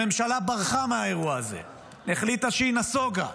הממשלה ברחה מהאירוע הזה, החליטה שהיא נסוגה,